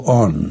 on